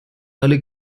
early